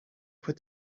put